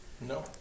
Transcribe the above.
No